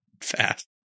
fast